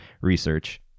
research